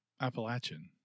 Appalachian